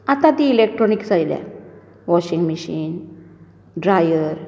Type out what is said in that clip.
आतां ती ईलेक्ट्रोनिक्स आयल्या वाँशींग मशीन ड्रायर